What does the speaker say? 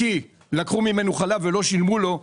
לקחו ממנו חלב ולא שילמו לו,